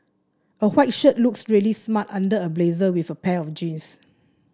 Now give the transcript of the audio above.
a white shirt looks really smart under a blazer with a pair of jeans